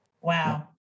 Wow